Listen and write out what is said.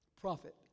prophet